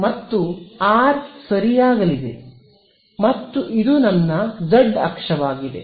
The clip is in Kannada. ಮತ್ತು ಆರ್ ಸರಿಯಾಗಲಿದೆ ಮತ್ತು ಇದು ನನ್ನ z ಅಕ್ಷವಾಗಿದೆ